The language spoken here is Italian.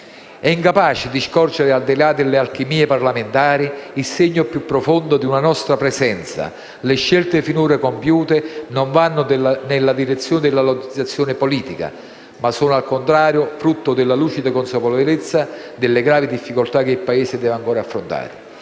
e incapace di scorgere, di là delle alchimie parlamentari, il segno più profondo di una nostra presenza. Le scelte finora compiute non vanno nella direzione della lottizzazione politica, ma sono, al contrario, frutto della lucida consapevolezza delle gravi difficoltà che il Paese deve ancora affrontare